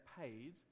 paid